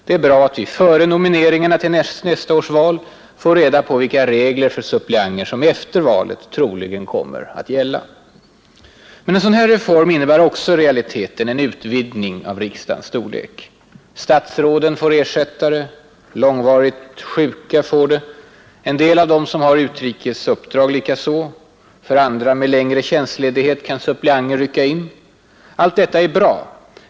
Det är bra att vi före nomineringarna till nästa års val får reda på vilka regler för suppleanter som efter valet troligen kommer att gälla. Men en sådan här reform innebär också i realiteten en utvidgning av riksdagens storlek. Statsråden får ersättare. Långvarigt sjuka får det. En del av dem som har utrikes uppdrag likaså. För andra med längre tjänstledighet kan suppleanter rycka in. Allt detta är bra.